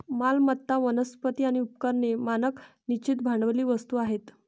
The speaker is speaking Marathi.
मालमत्ता, वनस्पती आणि उपकरणे मानक निश्चित भांडवली वस्तू आहेत